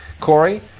Corey